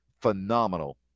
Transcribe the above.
phenomenal